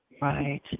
Right